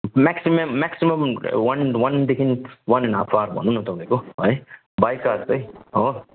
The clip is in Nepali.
म्याक्सिमम् म्याक्सिमम् वान वानदेखि वान एन्ड हाफ आवर भनौँ न तपाइँको है बाइ कार चाहिँ हो